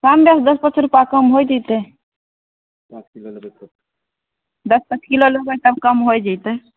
पाँच दस दस पाँच रुपया कम होइ जैतै पाँच किलो लेबै तब दस पाँच किलो लेबै तब कम होइ जैतै